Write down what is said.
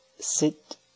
sit